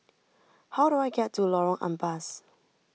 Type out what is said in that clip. how do I get to Lorong Ampas